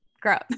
Gross